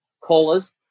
colas